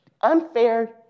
unfair